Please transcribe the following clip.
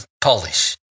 Polish